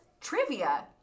trivia